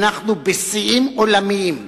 אנחנו בשיאים עולמיים.